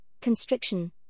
constriction